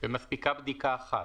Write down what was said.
ומספיקה בדיקה אחת?